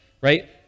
Right